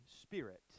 Spirit